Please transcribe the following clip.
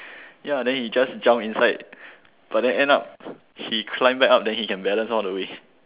ya then he just jump inside but then end up he climb back up then he can balance all the way